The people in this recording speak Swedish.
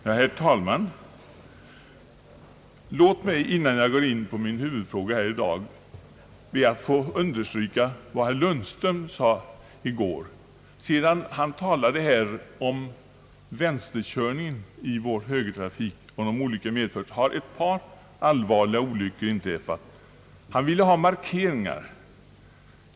Herr talman! Låt mig, innan jag går in på min huvudfråga här i dag, få understryka vad herr Lundström sade i går. Sedan han talade här om vänsterkörning i högertrafik, har ett par allvarliga olyckor inträffat. Han ville ha markeringar.